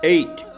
Eight